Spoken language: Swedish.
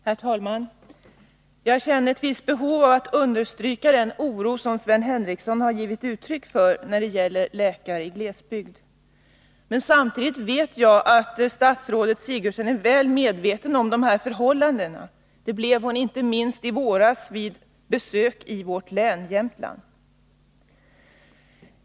Herr talman! Jag känner ett visst behov av att understryka den oro Sven Henricsson givit uttryck för när det gäller läkare i glesbygd. Jag vet att statsrådet Sigurdsen är väl medveten om förhållandena — det blev hon inte minst nu i våras vid besök i Jämtland.